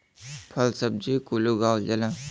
फल सब्जी कुल उगावल जाला